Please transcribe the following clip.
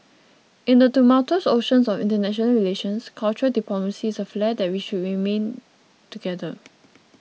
in the tumultuous ocean of international relations cultural diplomacy is a flare that we should main together